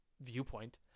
viewpoint